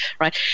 right